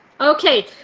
Okay